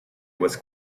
was